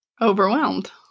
Overwhelmed